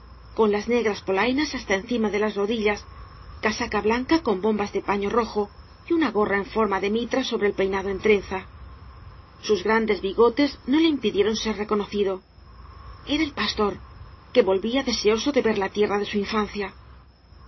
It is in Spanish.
con las negras polainas hasta encima de las rodillas casaca blanca con bombas de paño rojo y una gorra en forma de mitra sobre el peinado en trenza sus grandes bigotes no le impidieron ser reconocido era el pastor que volvía deseoso de ver la tierra de su infancia